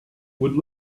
would